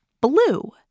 blue